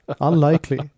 Unlikely